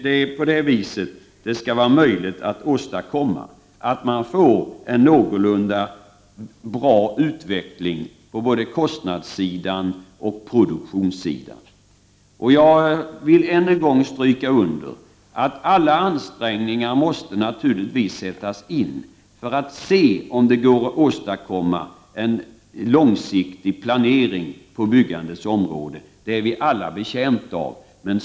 Det är på det viset man kan åstadkomma en bra utveckling på både kostnadssidan och produktionssidan. Jag vill än en gång understryka att alla ansträngningar naturligtvis måste göras för att se om det går att åstadkomma en långsiktig planering på byggandets område. Det är vi alla betjänta av.